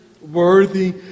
worthy